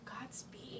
Godspeed